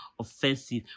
offensive